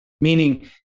meaning